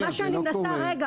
זה לא קורה,